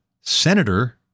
senator